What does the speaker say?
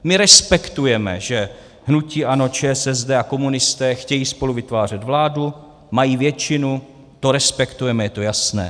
My respektujeme, že hnutí ANIO, ČSSD a komunisté chtějí spolu vytvářet vládu, mají většinu, to respektujeme, to je jasné.